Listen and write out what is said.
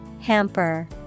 hamper